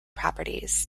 properties